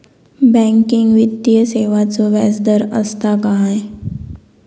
Banking वित्तीय सेवाचो व्याजदर असता काय?